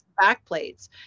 backplates